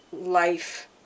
life